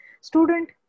student